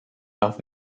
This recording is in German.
nach